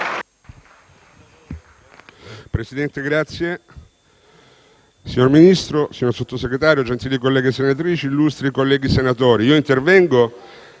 Presidente, signor Ministro, signor Sottosegretario, gentili colleghe senatrici, illustri colleghi senatori, intervengo